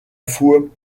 fois